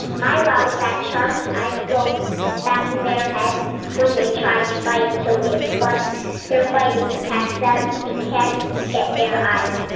my wow is that sharks' eyes go back in their head when they try to bite so if what they're biting attacks them, it can't get their eyes.